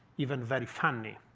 even very funny.